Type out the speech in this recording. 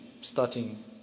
starting